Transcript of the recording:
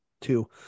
two